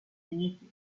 unique